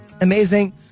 Amazing